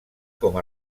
com